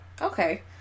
okay